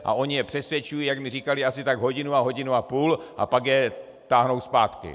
A oni je přesvědčují, jak říkali, asi tak hodinu a hodinu a půl a pak je táhnou zpátky.